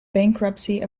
bankruptcy